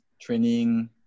training